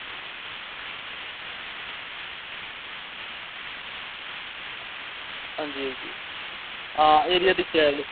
आं जी आं जी में एह् दित्ते दे न